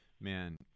man